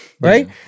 right